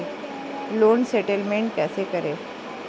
Loan settlement कैसे करें?